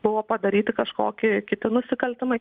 buvo padaryti kažkokie kiti nusikaltimai